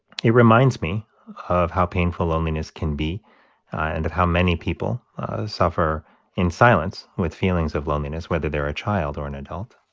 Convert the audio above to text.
it reminds me of how painful loneliness can be and of how many people suffer in silence with feelings of loneliness, whether they're a child or an adult